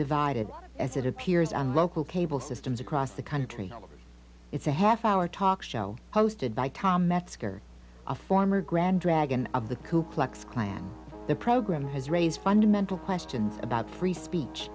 divided as it appears on local cable systems across the country it's a half hour talk show hosted by tom metzger a former grand dragon of the ku klux klan the program has raised fundamental questions about free speech